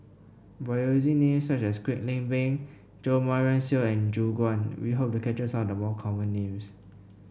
by using names such as Kwek Leng Beng Jo Marion Seow and Gu Juan we hope to capture some the common names